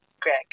Greg